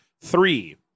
three